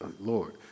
Lord